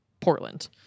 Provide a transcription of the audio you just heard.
Portland